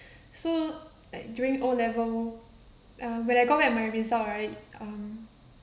so like during O level uh when I got back my result right um